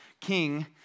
king